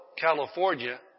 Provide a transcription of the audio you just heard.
California